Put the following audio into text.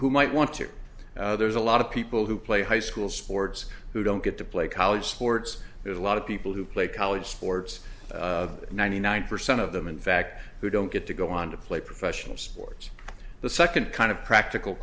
who might want to there's a lot of people who play high school sports who don't get to play college sports there's a lot of people who play college sports ninety nine percent of them in fact who don't get to go on to play professional sports the second kind of practical